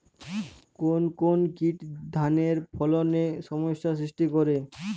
কোন কোন কীট ধানের ফলনে সমস্যা সৃষ্টি করে?